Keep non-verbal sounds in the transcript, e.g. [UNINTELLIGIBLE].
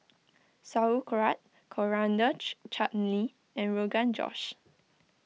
Sauerkraut Coriander [UNINTELLIGIBLE] Chutney and Rogan Josh